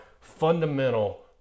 fundamental